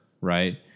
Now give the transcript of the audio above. Right